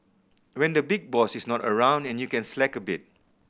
when the big boss is not around and you can slack a bit